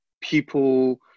people